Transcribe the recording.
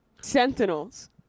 Sentinels